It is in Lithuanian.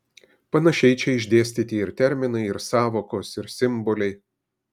panašiai čia išdėstyti ir terminai ir sąvokos ir simboliai